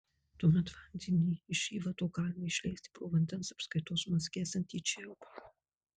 tuomet vandenį iš įvado galima išleisti pro vandens apskaitos mazge esantį čiaupą